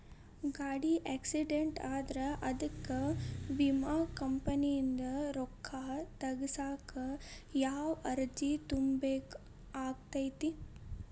ಗಾಡಿ ಆಕ್ಸಿಡೆಂಟ್ ಆದ್ರ ಅದಕ ವಿಮಾ ಕಂಪನಿಯಿಂದ್ ರೊಕ್ಕಾ ತಗಸಾಕ್ ಯಾವ ಅರ್ಜಿ ತುಂಬೇಕ ಆಗತೈತಿ?